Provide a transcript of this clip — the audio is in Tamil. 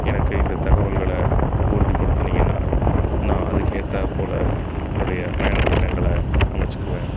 எனக்கு இந்த தகவல்கள உறுதிப்படுத்தினீங்கன்னா நான் அதற்கேத்தார் போல் என்னுடைய பயணத்திட்டங்கலாம் அமைச்சுக்குவே